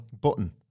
button